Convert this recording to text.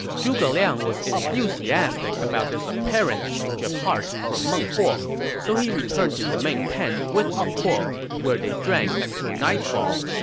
zhuge liang was enthusiastic about this apparent change of mind from meng huo. so he returned to the main tent with meng huo, where they drank until nightfall,